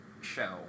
show